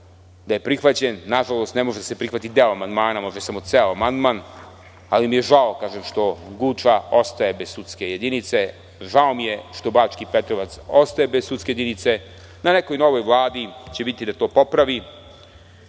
da je prihvaćen, a nažalost ne može samo da se prihvati samo deo amandmana, može ceo amandman, ali mi je žao što Guča ostaje bez sudske jedinice, žao mi je što Bački Petrovac ostaje bez sudske jedinice. Na nekoj novoj Vladi će biti da to popravi,